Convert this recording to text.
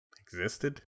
existed